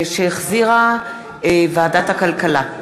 שהחזירה ועדת הכלכלה.